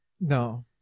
No